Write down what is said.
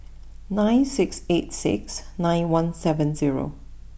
nine six eight six nine one seven zero